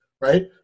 right